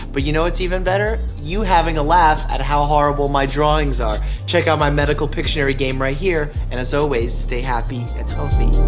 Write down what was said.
but you know what's even better, you having a laugh at how horrible my drawings are. check out my medical pictionary game right here, and as always, stay happy and healthy.